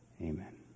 amen